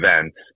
events